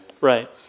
Right